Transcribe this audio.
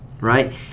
right